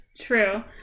true